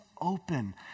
open